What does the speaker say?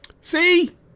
See